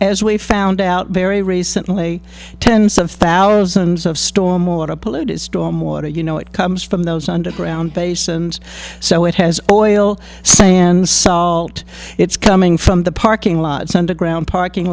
as we found out very recently tens of thousands of storm or a polluted storm water you know it comes from those underground basins so it has oil sand salt it's coming from the parking lots underground parking